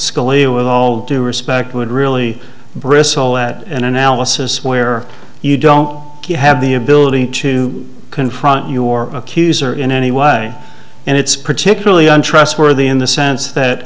a with all due respect would really bristle at an analysis where you don't have the ability to confront your accuser in any way and it's particularly untrustworthy in the sense that